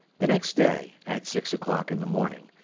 the next day, at six o'clock in the morning,